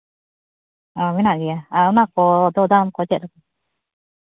ᱚ ᱢᱮᱱᱟᱜ ᱜᱮᱭᱟ ᱟᱨ ᱚᱱᱟ ᱠᱚᱫᱚ ᱫᱟᱢ ᱠᱚᱫᱚ ᱪᱮᱫ ᱞᱮᱠᱟ